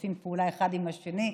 כשמשתפים פעולה אחד עם השני.